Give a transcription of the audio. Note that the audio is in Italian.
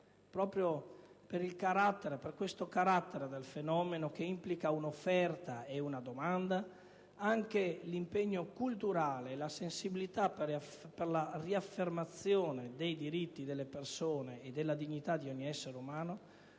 Proprio per il carattere del fenomeno, che implica un'offerta e una domanda, anche l'impegno culturale e la sensibilità per la riaffermazione dei diritti delle persone e della dignità di ogni essere umano